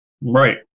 Right